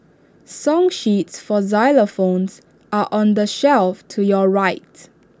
song sheets for xylophones are on the shelf to your right